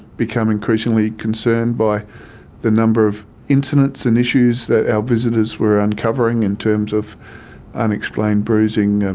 became increasingly concerned by the number of incidents and issues that our visitors were uncovering in terms of unexplained bruising, and